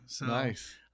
Nice